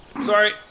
Sorry